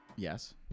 Yes